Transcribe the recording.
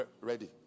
ready